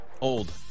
old